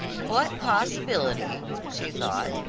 what possibility, she thought,